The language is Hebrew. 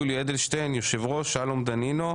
יולי אדלשטיין יושב ראש, שלום דנינו,